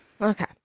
Okay